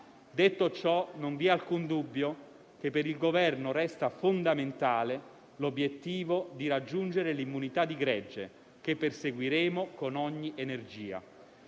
Detto ciò, non vi è alcun dubbio che per il Governo resta fondamentale l'obiettivo di raggiungere l'immunità di gregge, che perseguiremo con ogni energia.